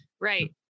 Right